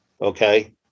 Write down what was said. okay